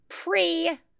Pre